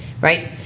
right